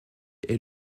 est